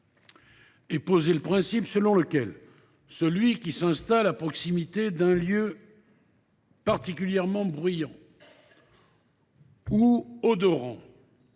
est posé le principe selon lequel celui qui s’installe à proximité d’un lieu particulièrement bruyant ou odorant